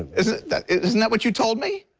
isn't that isn't that what you told me